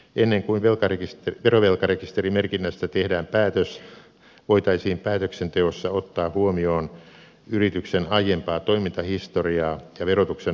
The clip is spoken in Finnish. ennen kuin verovelkarekisterimerkinnästä tehdään päätös voitaisiin päätöksenteossa ottaa huomioon yrityksen aiempaa toimintahistoriaa ja verotuksen nuhteettomuus